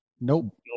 nope